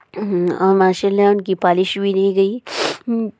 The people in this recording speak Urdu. اور ماشاء اللہ ان کی پالش بھی نہیں گئی